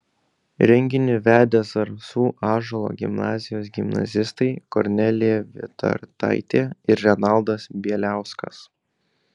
renginį vedė zarasų ąžuolo gimnazijos gimnazistai kornelija vitartaitė ir renaldas bieliauskas